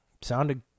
Sounded